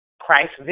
Christ